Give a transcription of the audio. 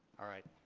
alright.